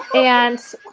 and